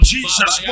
Jesus